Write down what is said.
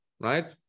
right